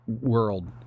world